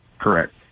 correct